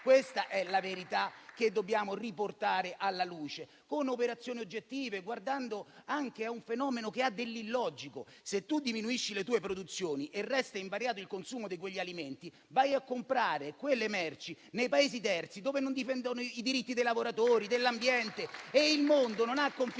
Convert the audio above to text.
Questa è la verità che dobbiamo riportare alla luce con operazioni oggettive, guardando anche a un fenomeno che ha dell'illogico: se tu diminuisci le tue produzioni, ma il consumo di quegli alimenti resta invariato, vai a comprare quelle merci in Paesi terzi che non difendono i diritti dei lavoratori, dell'ambiente; il mondo non ha confini